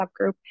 subgroup